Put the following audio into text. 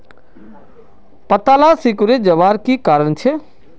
पत्ताला सिकुरे जवार की कारण छे?